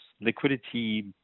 liquidity